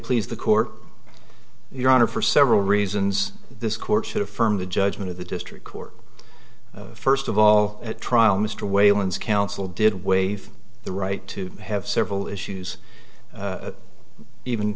please the court your honor for several reasons this court should affirm the judgment of the district court first of all at trial mr whalen's counsel did waive the right to have several issues even